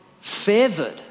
favored